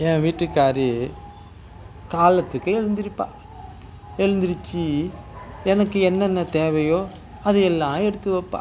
என் வீட்டுக்காரி காலத்துக்கு எழுந்திரிப்பா எழுந்திருச்சி எனக்கு என்னென்ன தேவையோ அது எல்லாம் எடுத்து வைப்பா